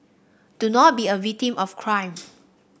do not be a victim of crime